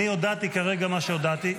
הודעתי כרגע את מה שהודעתי.